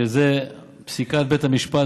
שזה פסיקת בית המשפט,